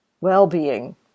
Well-being